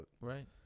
Right